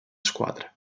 squadre